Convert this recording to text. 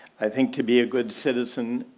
i think to be a good citizen,